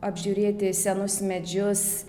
apžiūrėti senus medžius